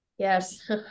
Yes